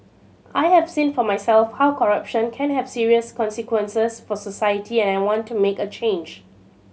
I have seen for myself how corruption can have serious consequences for society and I want to make a change